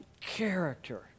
character